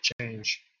change